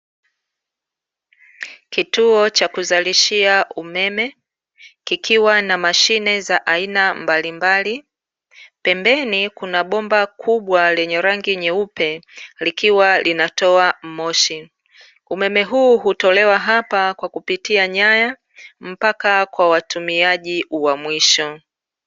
Kituo cha kuzalishia umeme, kikiwa na mashine za aina mbalimbali, pembeni kuna bomba kubwa lenye rangi nyeupe likiwa linatoa Moshi, umeme huu hutolewa hapa kwa kutumia nyaya mpaka kwa watumiaji wa mwisho.